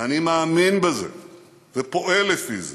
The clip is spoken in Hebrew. אני מאמין בזה ופועל לפי זה.